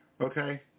Okay